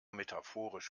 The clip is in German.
metaphorisch